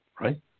right